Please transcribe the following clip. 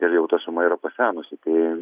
ir jau ta suma yra pasenusi tai